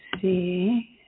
see